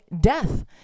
death